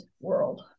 world